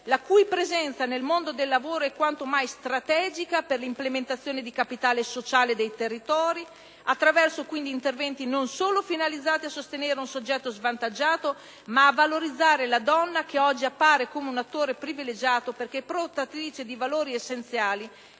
la cui presenza nel mondo del lavoro è quanto mai strategica per l'implementazione di capitale sociale dei territori, attraverso quindi interventi non solo finalizzati a sostenere un soggetto svantaggiato, ma a valorizzare la donna, che oggi appare come un attore privilegiato perché portatrice di valori essenziali